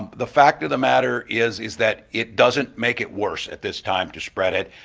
the fact of the matter is is that it doesn't make it worse at this time to spread it.